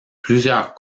plusieurs